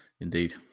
Indeed